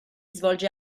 svolge